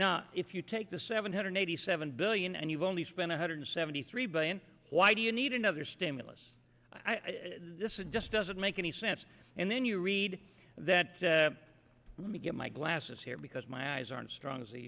now if you take the seven hundred eighty seven billion and you've only spent a hundred seventy three billion why do you need another stimulus i this it just doesn't make any sense and then you read that let me get my glasses here because my eyes aren't strong as